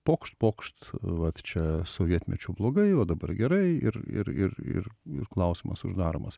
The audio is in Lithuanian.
pokšt pokšt vat čia sovietmečiu blogai o dabar gerai ir ir ir ir klausimas uždaromas